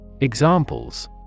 Examples